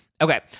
Okay